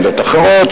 עמדות אחרות,